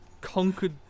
conquered